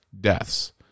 deaths